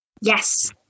Yes